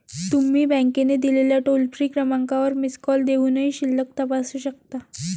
तुम्ही बँकेने दिलेल्या टोल फ्री क्रमांकावर मिस कॉल देऊनही शिल्लक तपासू शकता